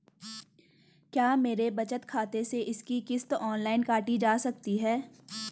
क्या मेरे बचत खाते से इसकी किश्त ऑनलाइन काटी जा सकती है?